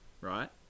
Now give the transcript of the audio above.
right